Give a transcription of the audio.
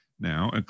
now